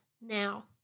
now